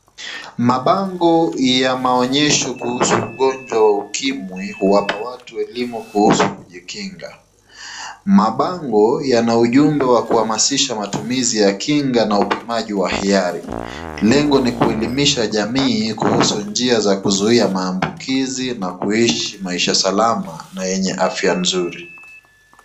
Mabango ya maonyesho kuhusu ugonjwa wa ukimwi, huwapa watu elimu kuhusu kujikinga. Mabango yana ujumbe ya kuhamasisha matumizi ya kinga na upimiaji wa ihari. Lengo ni kuelimisha jamii kuhusu njia za kuzuia maambukizi na kuishi maisha salama na yenye afya nzuri.